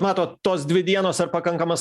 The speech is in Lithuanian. matot tos dvi dienos ar pakankamas